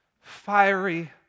fiery